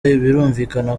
birumvikana